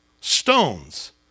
stones